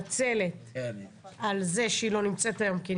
שמתנצלת על זה שהיא לא נמצאת היום כי היא